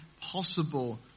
possible